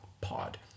Pod